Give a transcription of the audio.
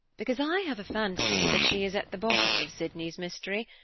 because i have a fancy that she is at the bottom of sydney's mystery.